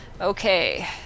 okay